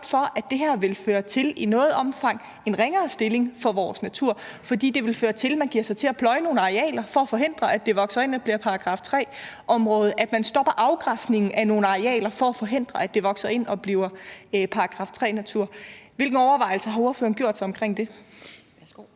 for, at det her vil føre til, i noget omfang, en ringere stilling for vores natur, fordi det vil føre til, at man giver sig til at pløje nogle arealer, for at forhindre at de vokser ind og bliver § 3-natur, og at man stopper afgræsningen af nogle arealer for at forhindre, at de vokser ind og bliver § 3-natur. Hvilke overvejelser har ordføreren gjort sig om det?